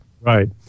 Right